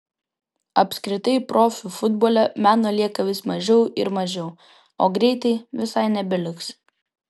apskritai profių futbole meno lieka vis mažiau ir mažiau o greitai visai nebeliks